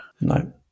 No